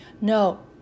No